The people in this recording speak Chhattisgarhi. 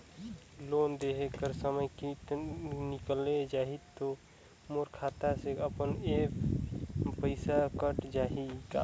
लोन देहे कर समय निकल जाही तो मोर खाता से अपने एप्प पइसा कट जाही का?